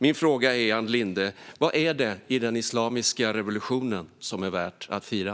Min fråga till Ann Linde är: Vad är det i den islamiska revolutionen som är värt att fira?